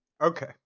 Okay